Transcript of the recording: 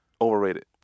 overrated